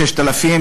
6,000,